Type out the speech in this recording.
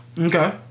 Okay